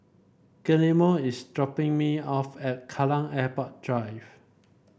Guillermo is dropping me off at Kallang Airport Drive